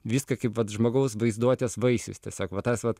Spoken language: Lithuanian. viską kaip vat žmogaus vaizduotės vaisius tiesiog va tas vat